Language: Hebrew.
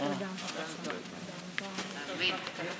אדוני היושב-ראש,